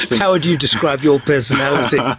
how would you describe your personality? yeah